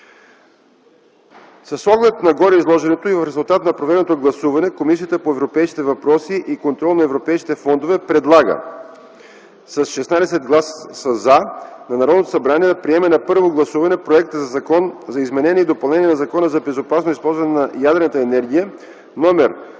С оглед на гореизложеното и в резултат на проведеното гласуване, Комисията по европейските въпроси и контрол на европейските фондове предлага с 16 гласа „за” на Народното събрание да приеме на първо гласуване Законопроекта за изменение и допълнение на Закона за безопасно използване на ядрената енергия, №